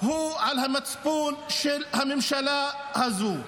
הוא על המצפון של הממשלה הזו.